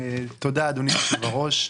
תודה, אדוני היושב-ראש.